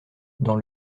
dans